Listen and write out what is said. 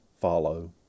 follow